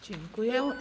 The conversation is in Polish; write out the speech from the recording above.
Dziękuję.